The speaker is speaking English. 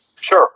Sure